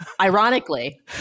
ironically